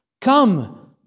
Come